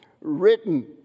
written